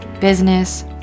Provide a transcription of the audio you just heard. business